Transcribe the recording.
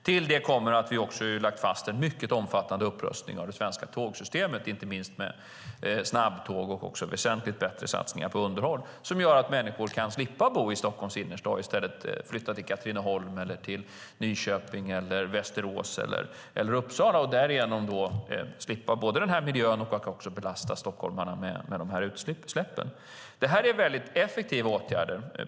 Till detta kommer att vi också har lagt fast en mycket omfattande upprustning av det svenska tågsystemet, inte minst med snabbtåg och också väsentligt bättre satsningar på underhåll, som gör att människor kan slippa bo i Stockholms innerstad och i stället flytta till Katrineholm, Nyköping, Västerås eller Uppsala och därigenom slippa både den här miljön och att belasta stockholmarna med utsläpp. Det här är mycket effektiva åtgärder.